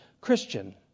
Christian